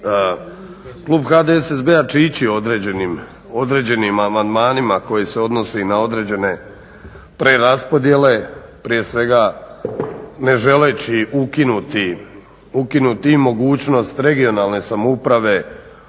Klub HDSSB-a će ići određenim amandmanima koji se odnosi na određene preraspodjele. Prije svega ne želeći ukinuti mogućnosti regionalne samouprave